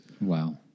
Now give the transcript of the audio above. Wow